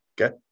Okay